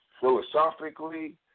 philosophically